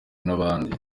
nabandi